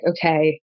okay